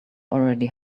already